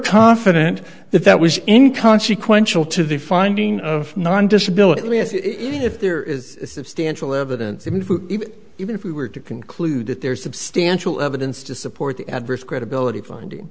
confident that that was in consequential to the finding of non disability and if there is substantial evidence even if we were to conclude that there is substantial evidence to support the adverse credibility finding